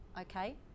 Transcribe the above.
okay